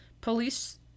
Police